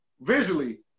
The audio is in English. visually